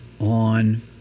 on